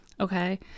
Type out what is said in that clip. Okay